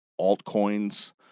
altcoins